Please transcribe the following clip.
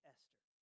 Esther